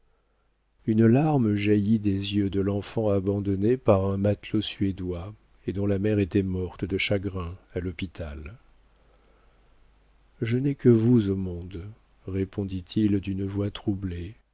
une larme jaillit des yeux de l'enfant abandonné par un matelot suédois et dont la mère était morte de chagrin à l'hôpital je n'ai que vous au monde répondit-il d'une voix troublée